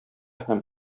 һәм